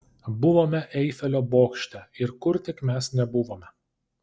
buvome eifelio bokšte ir kur tik mes nebuvome